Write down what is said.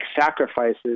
sacrifices